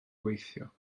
gweithio